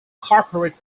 corporate